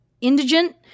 indigent